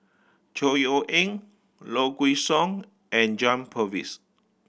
Chor Yeok Eng Low Kway Song and John Purvis